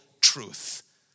truth